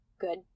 good